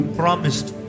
promised